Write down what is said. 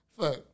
Fuck